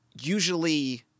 usually –